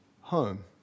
home